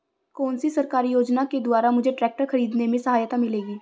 कौनसी सरकारी योजना के द्वारा मुझे ट्रैक्टर खरीदने में सहायता मिलेगी?